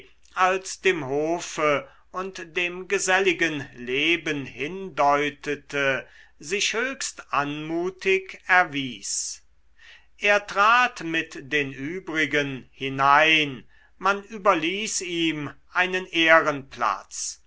als dem hofe und dem geselligen leben hindeutete sich höchst anmutig erwies er trat mit den übrigen hinein man überließ ihm einen ehrenplatz